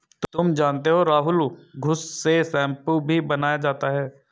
तुम जानते हो राहुल घुस से शैंपू भी बनाया जाता हैं